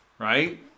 Right